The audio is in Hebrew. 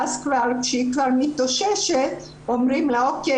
ואז כשהיא כבר מתאוששת אומרים לה 'אוקיי,